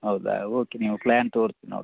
ಹೌದಾ ಓಕೆ ನೀವು ಪ್ಲಾನ್ ತೋರಿಸಿ ನೋಡುವ